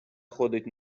ходить